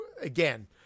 again